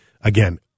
again